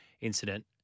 incident